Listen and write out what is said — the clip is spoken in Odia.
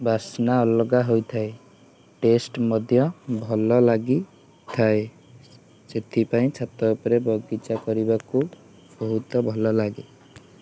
ବାସ୍ନା ଅଲଗା ହୋଇଥାଏ ଟେଷ୍ଟ ମଧ୍ୟ ଭଲ ଲାଗି ଥାଏ ସେଥିପାଇଁ ଛାତ ଉପରେ ବଗିଚା କରିବାକୁ ବହୁତ ଭଲ ଲାଗେ